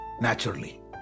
naturally